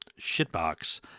shitbox